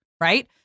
Right